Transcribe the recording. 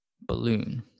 balloon